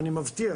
אני מבטיח